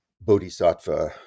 bodhisattva